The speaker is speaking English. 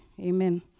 amen